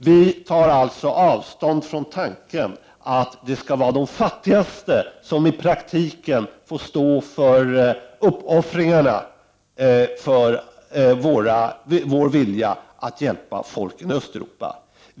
Vi tar alltså avstånd från tanken att det skall vara de fattigaste länderna som i praktiken får stå för uppoffringarna för vår vilja att hjälpa folken i Östeuropa.